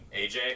AJ